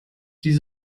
die